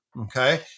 Okay